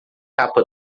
capa